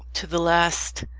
to the last,